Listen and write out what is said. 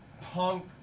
punk